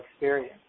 experience